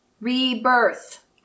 Rebirth